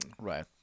right